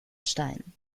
stein